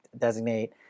designate